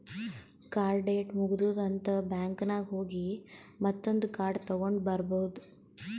ಕಾರ್ಡ್ದು ಡೇಟ್ ಮುಗದೂದ್ ಅಂತ್ ಬ್ಯಾಂಕ್ ನಾಗ್ ಹೋಗಿ ಮತ್ತೊಂದ್ ಕಾರ್ಡ್ ತಗೊಂಡ್ ಬರ್ಬಹುದ್